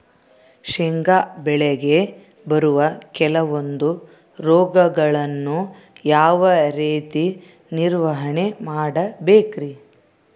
ಶೇಂಗಾ ಬೆಳೆಗೆ ಬರುವ ಕೆಲವೊಂದು ರೋಗಗಳನ್ನು ಯಾವ ರೇತಿ ನಿರ್ವಹಣೆ ಮಾಡಬೇಕ್ರಿ?